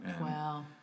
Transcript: Wow